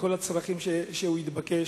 בכל הצרכים שהוא התבקש,